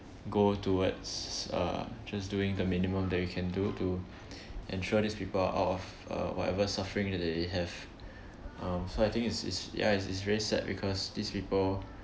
go towards uh just doing the minimum that you can do to ensure these people are out of uh whatever suffering that they have um so I think it's it's yeah it's very sad because these people